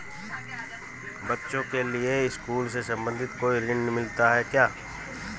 बच्चों के लिए स्कूल से संबंधित कोई ऋण मिलता है क्या?